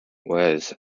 was